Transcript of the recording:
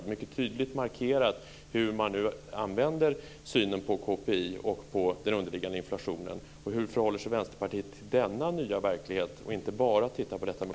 Det är mycket tydligt markerat hur man nu använder synen på KPI och den underliggande inflationen. Hur förhåller sig Vänsterpartiet till denna nya verklighet att inte bara titta på detta med